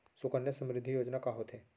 सुकन्या समृद्धि योजना का होथे